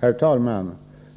Herr talman!